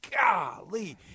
golly